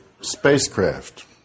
spacecraft